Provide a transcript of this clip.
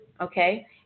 okay